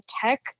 tech